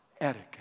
etiquette